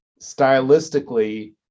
stylistically